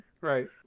Right